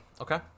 okay